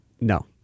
No